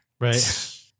Right